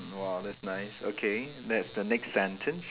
mm !wah! that's nice okay that's the next sentence